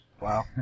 Wow